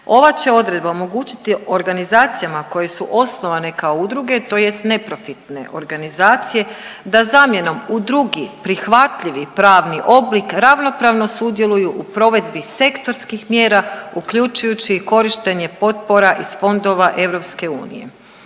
Ova će odredba omogućiti organizacijama koje su osnovane kao udruge tj. neprofitne organizacije da zamjenom u drugi prihvatljivi pravni oblik ravnopravno sudjeluju u provedbi sektorskih mjera uključujući i korištenje potpora iz fondova EU.